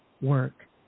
work